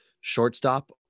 shortstop